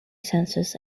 census